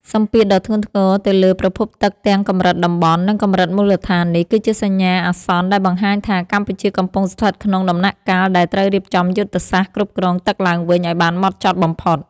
សម្ពាធដ៏ធ្ងន់ធ្ងរទៅលើប្រភពទឹកទាំងកម្រិតតំបន់ និងកម្រិតមូលដ្ឋាននេះ គឺជាសញ្ញាអាសន្នដែលបង្ហាញថា កម្ពុជាកំពុងស្ថិតក្នុងដំណាក់កាលដែលត្រូវរៀបចំយុទ្ធសាស្ត្រគ្រប់គ្រងទឹកឡើងវិញឱ្យបានម៉ត់ចត់បំផុត។